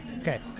Okay